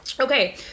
Okay